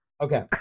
Okay